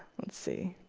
let's see.